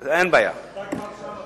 אדוני, אתה כבר שם.